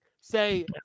Say